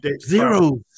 Zero